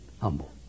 humble